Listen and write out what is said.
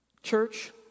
Church